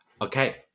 okay